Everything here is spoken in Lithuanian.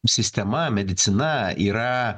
sistema medicina yra